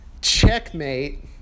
checkmate